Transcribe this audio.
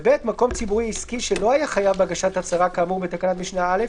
מקום ציבורי או עסקי שלא היה חייב בהגשת הצהרה כאמור בתקנת משנה (א),